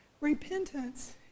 Repentance